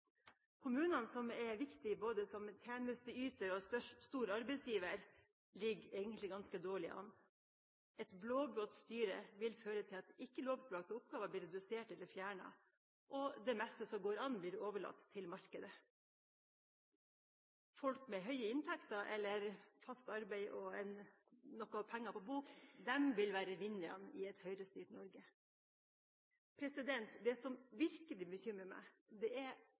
Kommunene, som er viktige både som tjenesteyter og som en stor arbeidsgiver, ligger egentlig ganske dårlig an. Et blå-blått styre vil føre til at ikke-lovpålagte oppgaver blir redusert eller fjernet, og det meste som går an, blir overlatt til markedet. Folk med høye inntekter, og fast arbeid og noen penger på bok vil være vinnerne i et Høyrestyrt Norge. Det som virkelig bekymrer meg, er